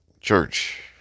church